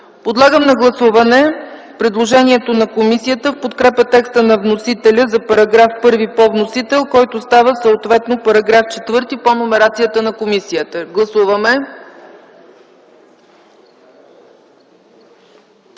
Подлагам на гласуване предложението на комисията в подкрепа текста на вносителя за § 1 по вносител, който става съответно § 4 по номерацията на комисията. Гласували